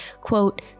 quote